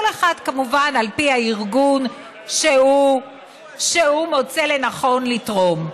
כל אחד כמובן לארגון שהוא מצא לנכון לתרום לו.